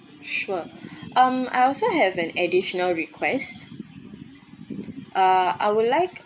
sure um I also have an additional request uh I would like